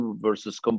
versus